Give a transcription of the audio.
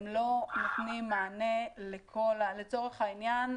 לצורך העניין,